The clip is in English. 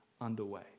underway